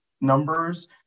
numbers